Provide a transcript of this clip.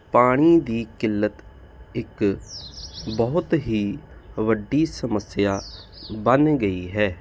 ਪਾਣੀ ਦੀ ਕਿੱਲਤ ਇੱਕ ਬਹੁਤ ਹੀ ਵੱਡੀ ਸਮੱਸਿਆ ਬਣ ਗਈ ਹੈ